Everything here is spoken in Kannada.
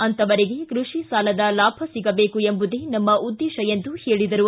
ಅಂತಹವರಿಗೆ ಕೃಷಿ ಸಾಲದ ಲಾಭ ಸಿಗಬೇಕು ಎಂಬುದೇ ನಮ್ಮ ಉದ್ದೇತ ಎಂದು ಹೇಳಿದರು